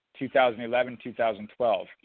2011-2012